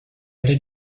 did